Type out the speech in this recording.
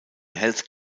health